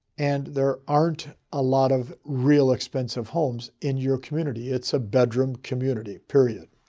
and there aren't a lot of real expensive homes in your community. it's a bedroom community, period.